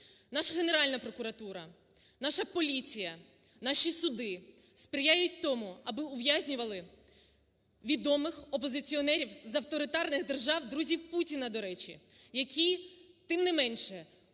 наша Генеральна прокуратура, наша поліція, наші суди сприяють тому, аби ув'язнювали відомих опозиціонерів з авторитарних держав, друзів Путіна, до речі, які, тим не менше,